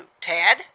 Tad